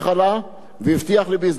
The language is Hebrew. לא תהיה פגיעה בעובדים.